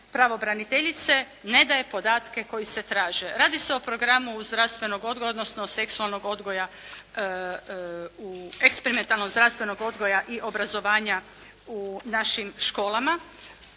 pravobraniteljice ne daje podatke koji se traže. Radi se o programu zdravstvenog odgoja, odnosno seksualnog odgoja u, eksperimentalno zdravstvenog odgoja i obrazovanja u našim školama.